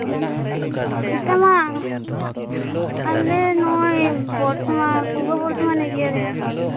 ᱦᱩᱸ ᱚᱴᱟᱢᱟ ᱟᱞᱮ ᱱᱚᱜᱼᱚᱭ ᱵᱚᱨᱫᱷᱚᱢᱟᱱ ᱯᱩᱨᱵᱚ ᱵᱚᱨᱫᱷᱚᱢᱟᱱ ᱮᱨᱤᱭᱟ ᱨᱮᱜᱮ